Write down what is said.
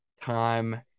time